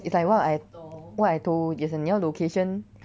is like what I what I told jason 你要 location